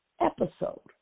episode